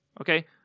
Okay